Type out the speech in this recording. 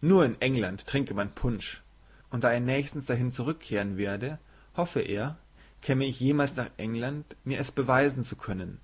nur in england trinke man punsch und da er nächstens dahin zurückkehren werde hoffe er käme ich jemals nach england mir es beweisen zu können